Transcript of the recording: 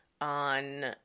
on